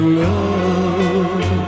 love